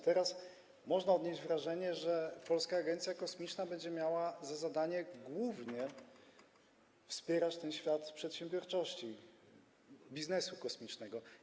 Teraz można odnieść wrażenie, że Polska Agencja Kosmiczna będzie miała za zadanie głównie wspierać ten świat przedsiębiorczości, biznesu kosmicznego.